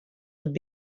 would